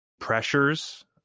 pressures